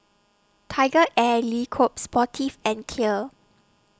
TigerAir Le Coq Sportif and Clear